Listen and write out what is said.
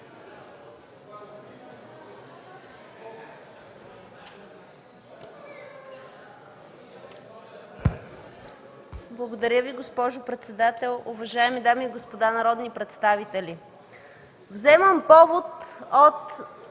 Благодаря Ви, госпожо председател. Уважаеми дами и господа народни представители, вземам повод от